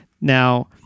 Now